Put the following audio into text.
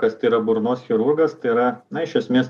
kas tai yra burnos chirurgas tai yra na iš esmės